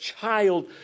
child